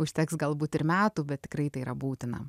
užteks galbūt ir metų bet tikrai tai yra būtina